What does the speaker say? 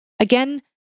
Again